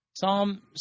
Psalm